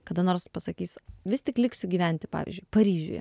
kada nors pasakys vis tik liksiu gyventi pavyzdžiui paryžiuje